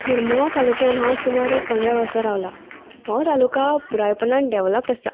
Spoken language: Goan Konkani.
मुरमुगांव तालुक्यान हांव सुमार एक पंदरा वर्सां रावलां हो तालुका पुरायपणान डेवलपड आसा